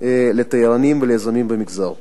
לתיירנים וליזמים במגזר.